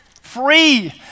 Free